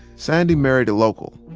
sandy married a local.